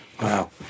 Wow